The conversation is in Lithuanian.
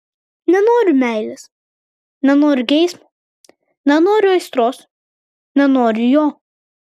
nenoriu meilės nenoriu geismo nenoriu aistros nenoriu jo